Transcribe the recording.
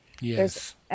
Yes